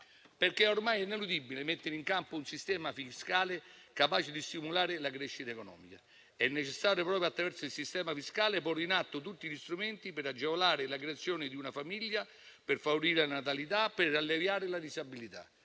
perché ormai è ineludibile mettere in campo un sistema fiscale capace di stimolare la crescita economica. È necessario, proprio attraverso il sistema fiscale, porre in atto tutti gli strumenti per agevolare la creazione di una famiglia, per favorire la natalità, per alleviare la disabilità.